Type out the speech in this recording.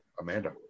Amanda